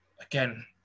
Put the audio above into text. again